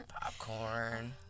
Popcorn